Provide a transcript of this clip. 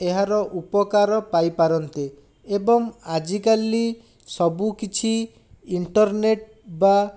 ଏହାର ଉପକାର ପାଇପାରନ୍ତେ ଏବଂ ଆଜିକଲି ସବୁ କିଛି ଇଣ୍ଟର୍ନେଟ ବା